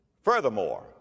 Furthermore